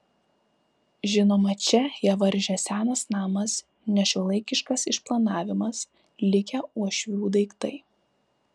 žinoma čia ją varžė senas namas nešiuolaikiškas išplanavimas likę uošvių daiktai